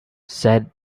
said